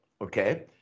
okay